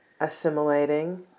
assimilating